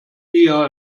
eher